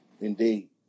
Indeed